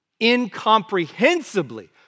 incomprehensibly